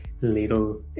little